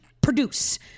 produce